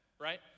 right